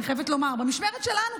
אני חייבת לומר שבמשמרת שלנו,